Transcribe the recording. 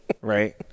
right